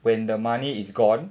when the money is gone